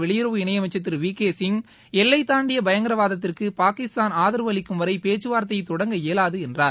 வெளியுறவு இணை அமைச்சர் திரு வி கே சிங் எல்லை தாண்டிய பயங்கரவாதத்திற்கு பாகிஸ்தான் ஆதரவு அளிக்கும் வரை பேச்கவார்த்தையை தொடங்க இயலாது என்றார்